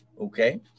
okay